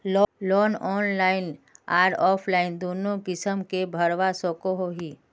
Loan online आर offline दोनों किसम के भरवा सकोहो ही?